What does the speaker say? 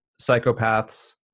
psychopaths